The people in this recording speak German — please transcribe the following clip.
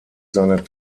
seiner